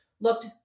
looked